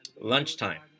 Lunchtime